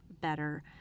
better